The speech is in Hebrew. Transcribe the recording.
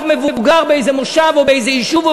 רב מבוגר באיזה מושב או באיזה יישוב או